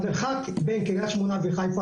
המרחק בין קריית שמונה וחיפה,